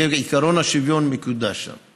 יהיה עיקרון השוויון מקודש שם.